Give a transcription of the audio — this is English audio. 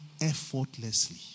effortlessly